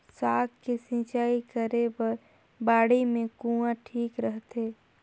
साग के सिंचाई करे बर बाड़ी मे कुआँ ठीक रहथे?